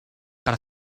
para